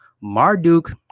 Marduk